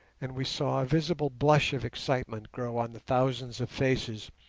and we saw a visible blush of excitement grow on the thousands of faces,